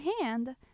hand